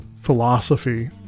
philosophy